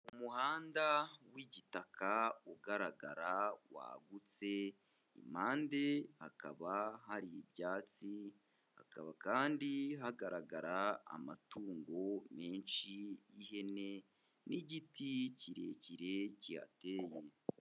Umuhanda w'igitaka ugaragara wagutse, impande hakaba hari ibyatsi hakaba kandi hagaragara amatungo menshi y'ihene n'igiti kirekire kihateye.